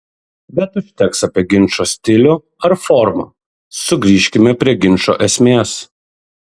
bet užteks apie ginčo stilių ar formą sugrįžkime prie ginčo esmės